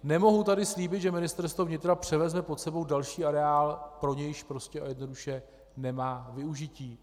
Nemohu tu slíbit, že Ministerstvo vnitra převezme pod sebe další areál, pro nějž prostě a jednoduše nemá využití.